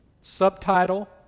Subtitle